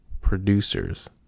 producers